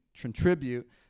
contribute